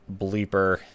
bleeper